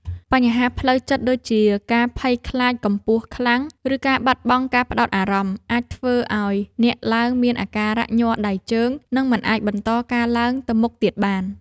បញ្ហាផ្លូវចិត្តដូចជាការភ័យខ្លាចកម្ពស់ខ្លាំង ឬការបាត់បង់ការផ្ដោតអារម្មណ៍ អាចធ្វើឱ្យអ្នកឡើងមានអាការៈញ័រដៃជើង និងមិនអាចបន្តការឡើងទៅមុខទៀតបាន។